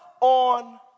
on